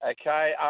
Okay